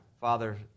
Father